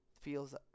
feels